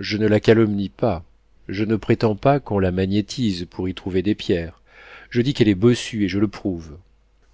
je ne la calomnie pas je ne prétends pas qu'on la magnétise pour y trouver des pierres je dis qu'elle est bossue et je le prouve